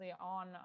on